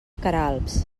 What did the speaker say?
queralbs